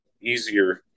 easier